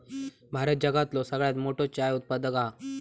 भारत जगातलो सगळ्यात मोठो चाय उत्पादक हा